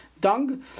dung